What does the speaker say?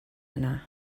yna